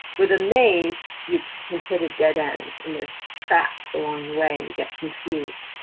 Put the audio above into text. with a maze, you can hit a dead end, and there's traps along the way, and you get confused,